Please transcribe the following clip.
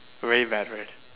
really bad way